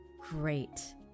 great